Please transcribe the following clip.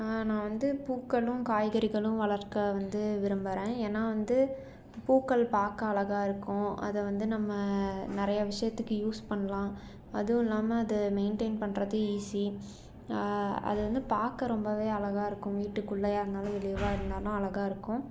நான் வந்து பூக்களும் காய்கறிகளும் வளர்க்க வந்து விரும்புகிறேன் ஏன்னா வந்து பூக்கள் பார்க்க அழகாக இருக்கும் அதை வந்து நம்ம நிறையா விஷயத்துக்கு யூஸ் பண்ணலாம் அதுவும் இல்லாமல் அது மெயின்டைன் பண்ணுறது ஈஸி அது வந்து பார்க்க ரொம்ப அழகாக இருக்கும் வீட்டுக்குள்ளேயா இருந்தாலும் வெளியேவா இருந்தாலும் அழகாக இருக்கும்